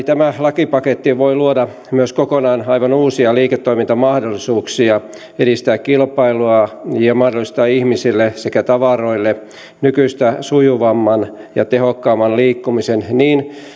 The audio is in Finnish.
tämä lakipaketti voi luoda myös kokonaan aivan uusia liiketoimintamahdollisuuksia edistää kilpailua ja mahdollistaa ihmisille sekä tavaroille nykyistä sujuvamman ja tehokkaamman liikkumisen niin